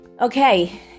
Okay